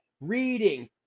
reading